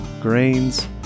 grains